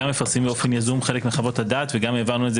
אנחנו גם מפרסמים באופן יזום חלק מחוות הדעת וגם העברנו את זה